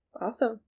Awesome